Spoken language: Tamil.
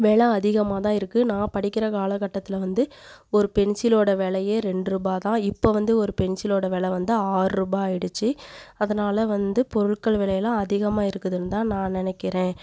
வெலை அதிகமாகதான் இருக்குது நான் படிக்கிற காலகட்டத்தில் வந்து ஒரு பென்சிலோடய வெலையே ரெண்டுரூபா தான் இப்போ வந்து ஒரு பென்சிலோடய வெலை வந்து ஆறுரூபா ஆகிடுச்சி அதனால் வந்து பொருள்கள் வெலையெல்லாம் அதிகமாக இருக்குதுன்னு தான் நான் நினைக்கிறேன்